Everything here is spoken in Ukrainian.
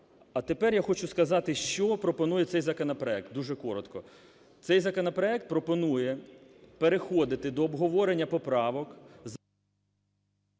А тепер я хочу сказати, що пропонує цей законопроект, дуже коротко. Цей законопроект пропонує переходити до обговорення поправок…